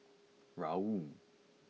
Raoul